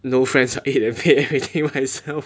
no friends I eat and pay everything myself